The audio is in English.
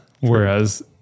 Whereas